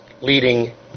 leading